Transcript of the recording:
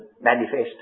manifest